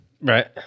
right